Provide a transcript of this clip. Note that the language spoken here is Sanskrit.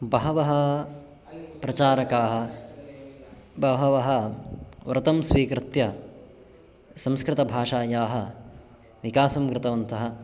बहवः प्रचारकाः बहवः व्रतं स्वीकृत्य संस्कृतभाषायाः विकासं कृतवन्तः